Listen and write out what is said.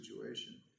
situation